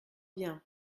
bien